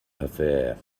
affair